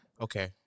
Okay